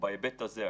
בהיבט הזה.